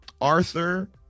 Arthur